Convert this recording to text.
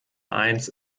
eins